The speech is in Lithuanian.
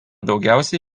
daugiausia